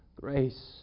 grace